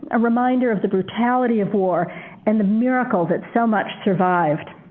a reminder of the brutality of war and the miracle that so much survived.